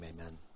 amen